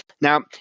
Now